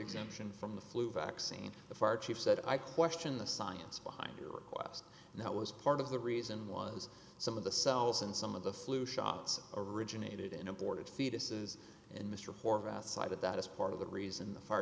exemption from the flu vaccine the fire chief said i question the science behind your request and that was part of the reason was some of the cells and some of the flu shots originated in aborted foetuses and mr horvath cited that as part of the reason the fire